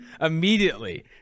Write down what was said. immediately